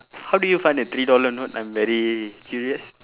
how do you find a three dollar note I'm very curious